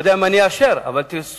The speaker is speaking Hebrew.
אני לא יודע אם אני אאשר, אבל זאת זכותה.